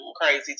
crazy